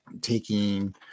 taking